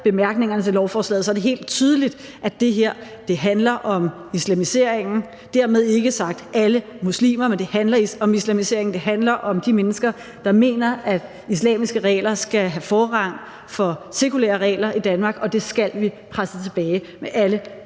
bemærkningerne til lovforslaget, er det helt tydeligt, at det her handler om islamisering – dermed ikke sagt, at det er alle muslimer. Men det handler om islamiseringen. Det handler om de mennesker, der mener, at islamiske regler skal have forrang for sekulære regler i Danmark, og det skal vi presse tilbage med alle mulige